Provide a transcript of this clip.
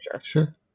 Sure